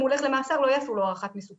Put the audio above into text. אם הוא הולך למאסר, לא יעשו לו הערכת מסוכנות.